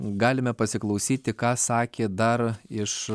galime pasiklausyti ką sakė dar iš